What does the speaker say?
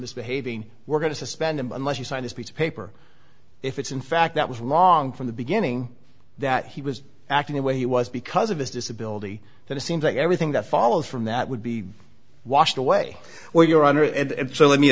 misbehaving we're going to suspend him unless you sign this piece of paper if it's in fact that was long from the beginning that he was acting the way he was because of his disability that it seems like everything that follows from that would be washed away well your honor and so let me